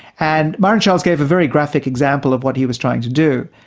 and myron scholes gave a very graphic example of what he was trying to do,